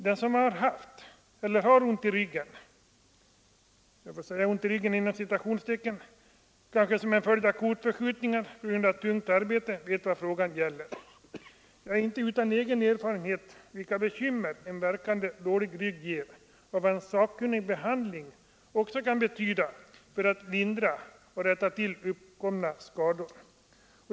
Den som har haft eller har ”ont i ryggen” — kanske som följd av kotförskjutningar på grund av tungt arbete — vet vad frågan gäller. Jag är inte utan egen erfarenhet av vilka bekymmer en värkande dålig rygg ger och vad en sakkunnig behandling kan betyda för att lindra och rätta till uppkomna skador.